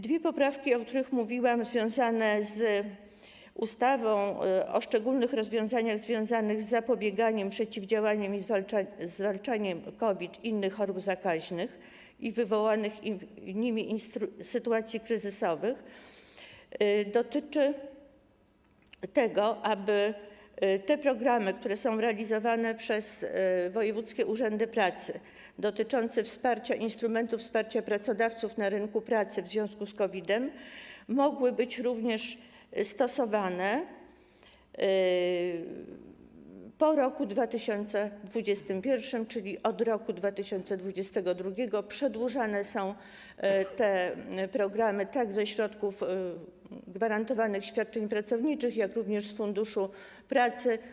Dwie poprawki, o których mówiłam, związane z ustawą o szczególnych rozwiązaniach związanych z zapobieganiem, przeciwdziałaniem i zwalczaniem COVID-19, innych chorób zakaźnych oraz wywołanych nimi sytuacji kryzysowych, dotyczą tego, aby te programy, które są realizowane przez wojewódzkie urzędy pracy, dotyczące wsparcia instrumentów, wsparcia pracodawców na rynku pracy w związku z COVID-em, mogły być również stosowane po roku 2021, czyli od roku 2022 przedłużane są te programy tak ze środków Funduszu Gwarantowanych Świadczeń Pracowniczych, jak i z Funduszu Pracy.